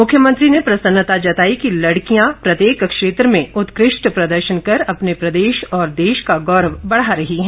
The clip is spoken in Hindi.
मुख्यमंत्री ने प्रसन्नता जताई कि लड़कियां प्रत्येक क्षेत्र में उत्कृष्ट प्रदर्शन कर अपने प्रदेश और देश का गौरव बढ़ा रही हैं